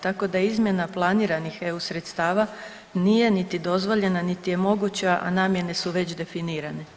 Tako da izmjena planiranih EU sredstava nije niti dozvoljena, niti je moguća, a namjene su već definirane.